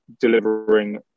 delivering